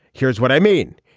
here's what i mean.